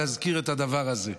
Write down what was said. להזכיר את הדבר הזה,